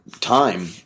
time